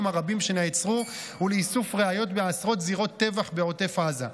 הרבים שנעצרו ולאיסוף ראיות בעשרות זירות טבח בעוטף עזה.